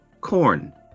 corn